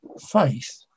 faith